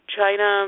China